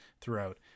throughout